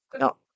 no